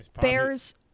Bears